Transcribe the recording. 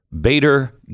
Bader